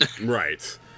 right